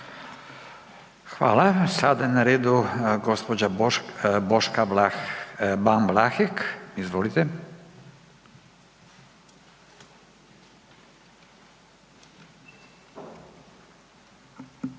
Hvala. Sada je na redu gđa Boška Ban Vlahek, izvolite. **Ban,